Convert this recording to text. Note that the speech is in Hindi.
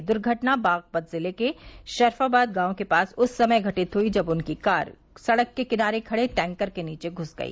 यह दुर्घटना बागपत जिले के शरफाबाद गांव के पास उस समय घटित हुई जब उनकी कार सड़क के किनारे खड़े टैंकर के नीचे घूस गई